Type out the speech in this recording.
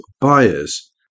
buyers